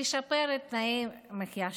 לשפר את תנאי המחיה שלו,